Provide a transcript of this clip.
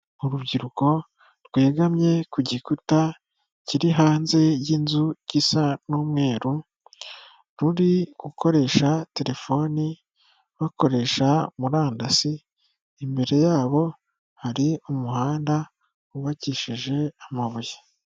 Urubyiruko rwegamye ku gikuta kiri hanze y'inzu gisa n'umweru, ruri gukoresha telefoni bakoresha murandasi, imbere yabo hari umuhanda wubakishije amabuye.